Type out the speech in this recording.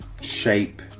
shape